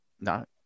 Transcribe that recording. no